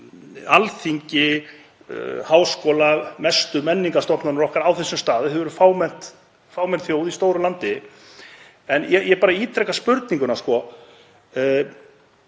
Alþingi, háskóla, mestu menningarstofnanir okkar á þessum stað af því að við erum fámenn þjóð í stóru landi. En ég bara ítreka spurninguna: